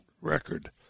record